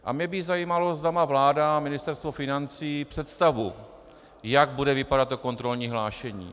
A mě by zajímalo, zda má vláda a Ministerstvo financí představu, jak bude vypadat to kontrolní hlášení.